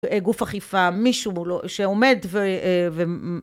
גוף אכיפה, מישהו שעומד ומ...